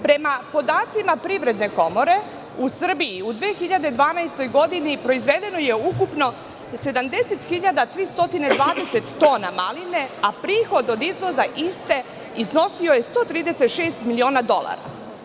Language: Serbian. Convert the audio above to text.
Prema podacima Privredne komore, u Srbiji u 2012. godini proizvedeno je ukupno 70.320 tona maline, a prihod od izvoza iste iznosio je 136 miliona dolara.